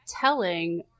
telling